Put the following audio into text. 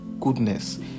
goodness